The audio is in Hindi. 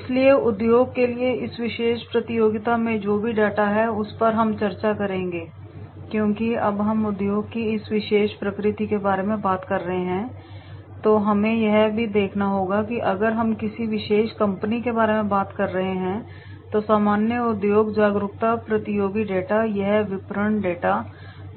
इसलिए उद्योग के लिए इस विशेष प्रतियोगिता में जो भी डेटा है उस पर हम चर्चा करेंगे क्योंकि जब हम उद्योग की एक विशेष प्रकृति के बारे में बात कर रहे हैं तो हमें यह भी देखना होगा कि अगर हम किसी विशेष कंपनी के बारे में बात कर रहे हैं तो सामान्य उद्योग जागरूकता प्रतियोगी डेटा यह विपणन डेटा